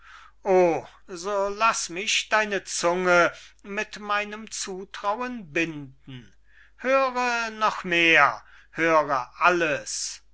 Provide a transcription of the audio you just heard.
so laß mich deine zunge mit meinem zutrauen binden höre noch mehr höre alles sophie